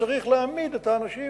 צריך להעמיד את האנשים